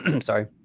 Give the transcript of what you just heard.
sorry